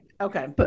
Okay